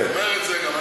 אומר את זה גם,